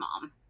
mom